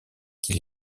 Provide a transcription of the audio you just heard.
qu’il